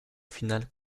finale